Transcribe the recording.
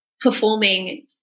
performing